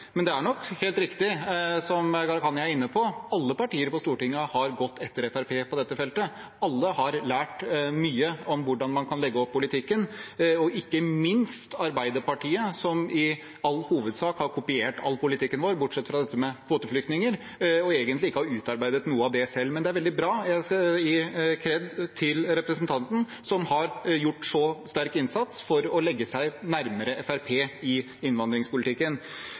Men det er nok riktig, som Gharahkhani er inne på, at alle partiene på Stortinget har gått etter Fremskrittspartiet på dette feltet. Alle har lært mye om hvordan man kan legge opp politikken, ikke minst Arbeiderpartiet, som i all hovedsak har kopiert all politikken vår, bortsett fra når det gjelder dette med kvoteflyktninger, og egentlig ikke har utarbeidet noe av det selv. Men det er veldig bra, og jeg vil gi kred til representanten Gharahkhani, som har gjort en så sterk innsats for å legge seg nærmere Fremskrittspartiet i innvandringspolitikken.